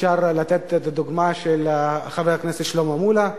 אפשר לתת את הדוגמה של חבר הכנסת שלמה מולה,